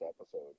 episode